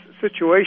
situation